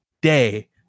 day